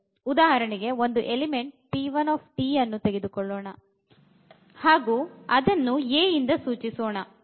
ಉದಾಹರಣೆ ಗೆ ಒಂದು ಎಲಿಮೆಂಟ್ ಅನ್ನು ತೆಗೆದುಕೊಳ್ಳೋಣ ಹಾಗು ಅದನ್ನು a ಇಂದ ಸೂಚಿಸೋಣ